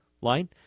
line